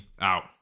out